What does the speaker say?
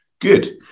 Good